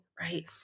right